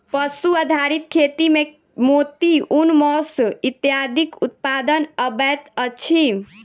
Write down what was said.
पशु आधारित खेती मे मोती, ऊन, मौस इत्यादिक उत्पादन अबैत अछि